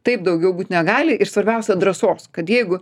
taip daugiau būt negali ir svarbiausia drąsos kad jeigu